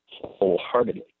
wholeheartedly